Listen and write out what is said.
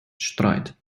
streit